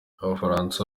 abafaransa